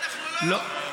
מה,